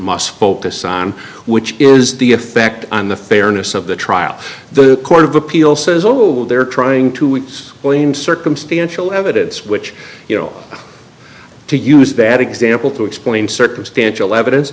must focus on which is the effect on the fairness of the trial the court of appeal says oh well they're trying to we blame circumstantial evidence which you know to use that example to explain circumstantial evidence